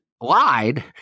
lied